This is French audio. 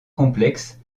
complexe